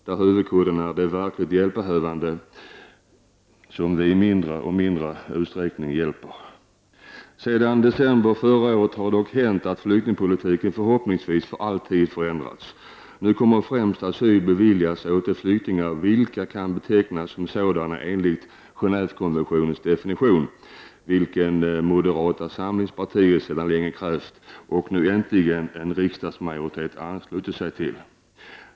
Deras huvudkudde är de verkligt hjälpbehövande, som vi i mindre och mindre utsträckning hjälper. Sedan december förra året har det dock hänt att flyktingpolitiken, förhoppningsvis för alltid, har förändrats. Nu kommer asyl främst att beviljas de flyktingar vilka kan betecknas som sådana enligt Genå&vekonventionens definition, vilket moderata samlingspartiet sedan längre krävt och nu äntligen en riksdagsmajoritet anslutit sig till.